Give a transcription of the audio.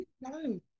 no